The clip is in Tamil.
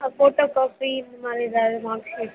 ஆ ஃபோட்டோ காப்பி இந்தமாதிரி ஏதாவது மார்க் சீட்